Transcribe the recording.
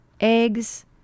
eggs